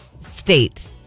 state